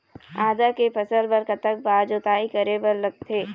आदा के फसल बर कतक बार जोताई करे बर लगथे?